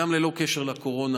גם ללא קשר לקורונה